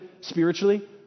spiritually